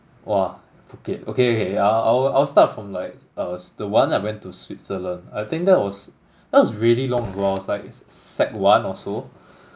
!wah! Phuket okay okay I'll I'll start from like uh s~ the one I went to Switzerland I think that was that was really long ago I was like sec one or so